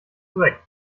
korrekt